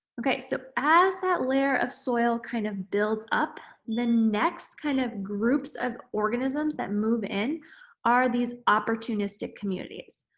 okay. so as that layer of soil kind of builds up the next kind of groups of organisms that move in are these opportunistic communities.